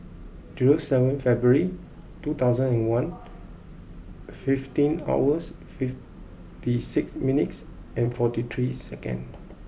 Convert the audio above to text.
zero seven February two thousand and one fifteen hours fifty six minutes and forty three second